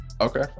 okay